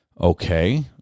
Okay